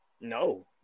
No